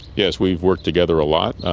yes, we've worked together a lot,